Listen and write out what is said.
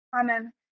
Amen